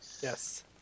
Yes